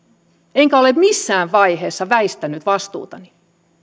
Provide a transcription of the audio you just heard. enkä ole missään vaiheessa väistänyt vastuutani